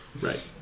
Right